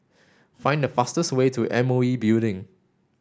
find the fastest way to M O E Building